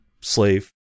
slave